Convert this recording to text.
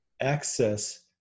access